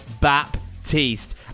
Baptiste